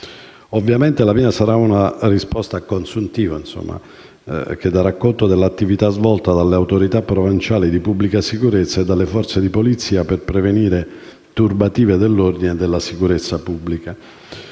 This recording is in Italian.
Ovviamente, la mia sarà una risposta a consuntivo, che darà conto dell'attività svolta dalle autorità provinciali di pubblica sicurezza e dalle forze di polizia per prevenire turbative dell'ordine e della sicurezza pubblica.